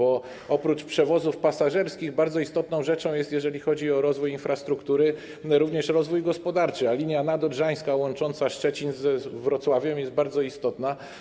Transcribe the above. Oprócz przewozów pasażerskich bardzo istotną rzeczą jest, jeżeli chodzi o rozwój infrastruktury, również rozwój gospodarczy, a linia nadodrzańska łącząca Szczecin z Wrocławiem jest bardzo istotna.